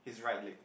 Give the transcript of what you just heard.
his right leg